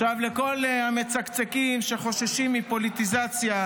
עכשיו לכל המצקצקים שחוששים מפוליטיזציה,